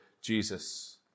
jesus